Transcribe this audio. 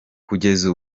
kugeza